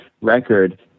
record